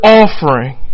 offering